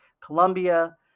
Colombia